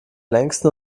längsten